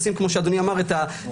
כמו שאמר אדוני,